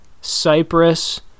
Cyprus